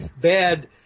bad